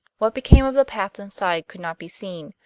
what became of the path inside could not be seen,